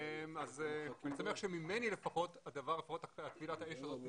אני שמח שממני לפחות טבילת האש הזאת נחסכה.